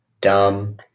dumb